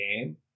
game